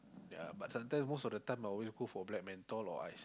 yea but sometime most of the time I always go for black mentol or ice